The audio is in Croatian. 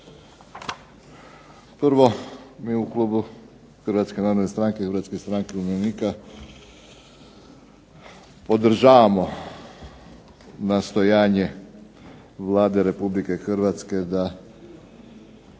Prvo, mi u klubu Hrvatske narodne stranke i Hrvatske stranke umirovljenika podržavamo nastojanje Vlade Republike Hrvatske da